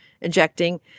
injecting